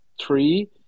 three